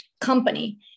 company